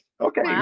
Okay